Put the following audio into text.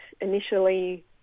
initially